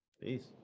Peace